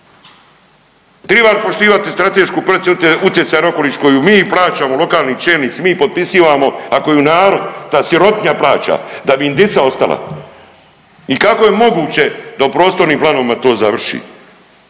Triba li poštivati stratešku procjena utjecaja na okoliš koju mi plaćamo, lokalni čelnici, mi potpisivamo, a koju narod ta sirotinja plaća da bi im dica ostala. I kako je moguće da u prostornim planovima to završi?